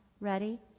ready